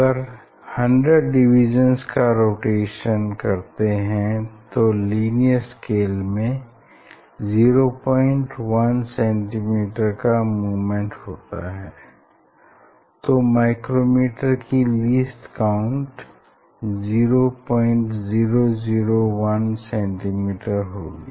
अगर 100 डिविज़न्स का रोटेशन करते हैं तो लीनियर स्केल में 01cm का मूवमेंट होता है तो माइक्रोमीटर की लीस्ट काउंट 0001cm होगी